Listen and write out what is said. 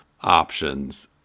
options